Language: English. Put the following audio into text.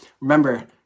Remember